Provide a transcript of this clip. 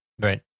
Right